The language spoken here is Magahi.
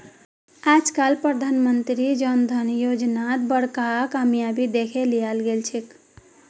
आज तक प्रधानमंत्री जन धन योजनार बड़का कामयाबी दखे लियाल गेलछेक